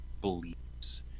believes